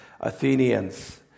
Athenians